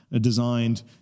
designed